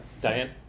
Diane